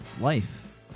life